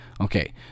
Okay